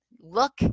look